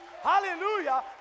Hallelujah